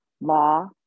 law